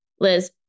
Liz